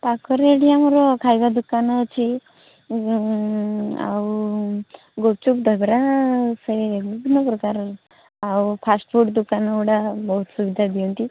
ପାଖରେ ଏଠି ଆମର ଖାଇବା ଦୋକାନ ଅଛି ଆଉ ଗୁପଚୁପ୍ ଦହିବରା ସେ ବିଭିନ୍ନ ପ୍ରକାରର ଆଉ ଫାଷ୍ଟଫୁଡ଼୍ ଦୋକାନ ଗୁଡ଼ା ବହୁତ ସୁବିଧା ଦିଅନ୍ତି